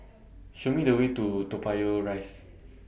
Show Me The Way to Toa Payoh Rise